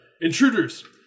Intruders